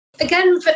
again